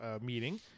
meeting